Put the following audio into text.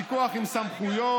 פיקוח עם סמכויות,